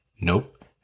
Nope